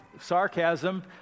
sarcasm